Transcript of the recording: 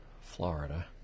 Florida